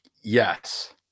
Yes